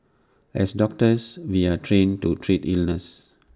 as doctors we are trained to treat illness